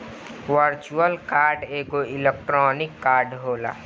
virtual card एगो electronic card होला